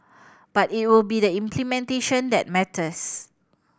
but it will be the implementation that matters